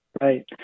right